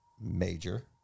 major